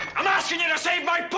i'm asking you to save my